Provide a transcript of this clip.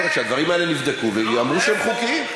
יכול להיות שהדברים האלה נבדקו ואמרו שהם חוקיים.